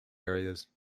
areas